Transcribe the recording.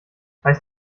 heißt